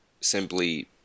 simply